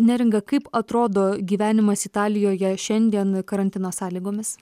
neringa kaip atrodo gyvenimas italijoje šiandien karantino sąlygomis